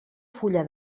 fulla